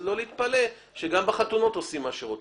לא להתפלא שגם בחתונות עושים מה שרוצים.